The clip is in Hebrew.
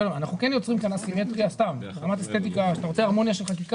לא הבנתי את הסיפור של שמונה דירות?